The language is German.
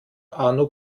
arno